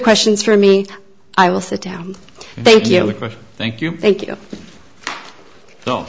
questions for me i will sit down thank you thank you thank you